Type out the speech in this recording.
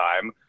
time